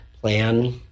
plan